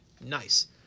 nice